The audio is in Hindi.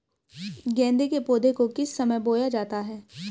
गेंदे के पौधे को किस समय बोया जाता है?